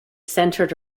centred